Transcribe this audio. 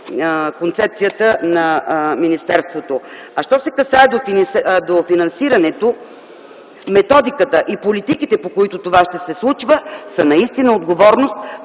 концепцията на министерството. Що се отнася до финансирането, методиката и политиките, по които това ще се случва, са наистина